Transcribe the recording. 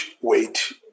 wait